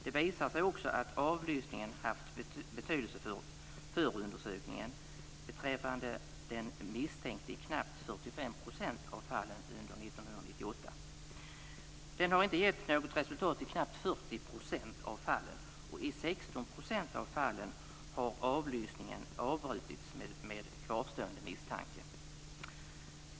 Det visar sig också att avlyssningen haft betydelse för förundersökningen beträffande den misstänkte i knappt 45 % av fallen under 1998. Den har inte gett något resultat i knappt 40 % av fallen, och i 16 % av fallen har avlyssningen avbrutits med kvarstående misstanke.